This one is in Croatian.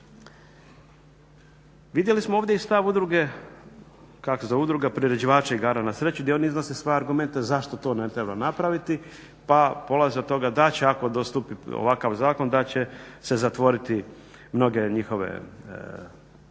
Vidjeli smo ovdje i stav udruga, kako se zove, Udruga priređivača igara na sreću gdje oni iznose svoje argumente zašto to ne treba napraviti pa polaze od toga da će ako stupi ovakav zakon da će se zatvoriti mnoge njihove